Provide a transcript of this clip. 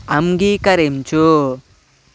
అంగీకరించు